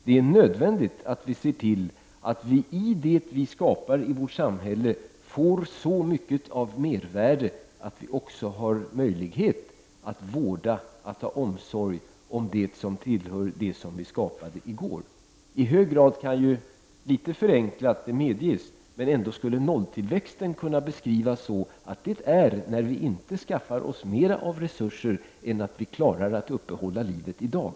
Det är nödvändigt att se till att vi i det vi skapar i vårt samhälle får så mycket av mervärde att vi också har möjlighet att vårda, att ha omsorg om, det som vi skapade i går. I hög grad kan nolltillväxten -- jag medger att det kan vara ett något förenklat resonemang -- beskrivaa så, att det är fråga om en situation där vi inte skaffar oss mera av resurser än som behövs för att klara av att uppehålla livet i dag.